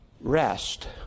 rest